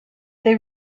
they